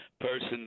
person